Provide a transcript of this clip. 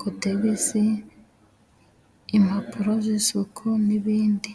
cotegisi, impapuro z'isuku, n'ibindi.